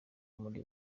muri